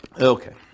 Okay